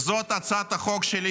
וזאת הצעת החוק שלי,